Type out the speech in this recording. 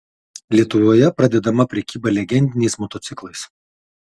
lietuvoje pradedama prekyba legendiniais motociklais